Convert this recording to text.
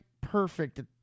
perfect